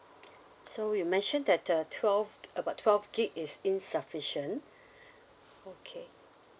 so you mentioned that uh twelve about twelve gig is insufficient okay